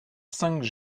cinq